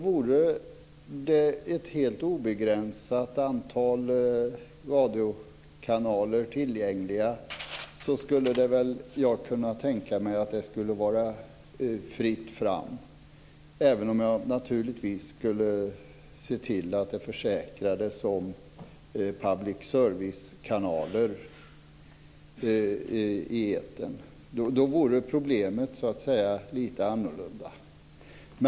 Vore det ett helt obegränsat antal radiokanaler tillgängliga skulle jag kunna tänka mig att det skulle vara fritt fram, även om jag naturligtvis skulle se till att det försäkrades om public service-kanaler i etern. Då vore problemet lite annorlunda.